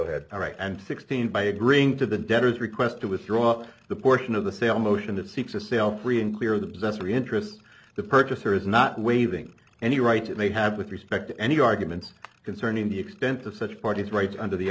ahead all right and sixteen by agreeing to the debtors request to withdraw the portion of the sale motion that seeks a sale free and clear the possessory interest the purchaser is not waiving any right you may have with respect to any arguments concerning the extent of such parties right under the